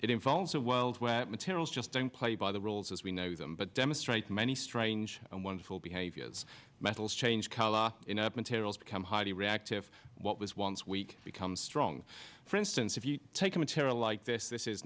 it involves a wild wet materials just don't play by the rules as we know them but demonstrates many strange and wonderful behaviors metals change color materials become highly reactive what was once weak become strong long for instance if you take a material like this this is